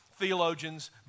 theologians